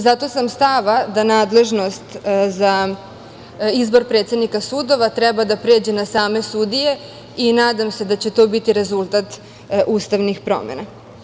Zato sam stava da nadležnost za izbor predsednika sudova treba da pređe na same sudije i nadam se da će to biti rezultat ustavnih promena.